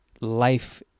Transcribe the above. life